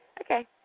Okay